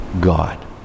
God